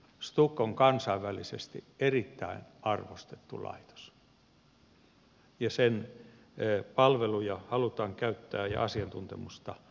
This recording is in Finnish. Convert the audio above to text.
stuk on kansainvälisesti erittäin arvostettu laitos ja sen palveluja ja asiantuntemusta halutaan käyttää muuallakin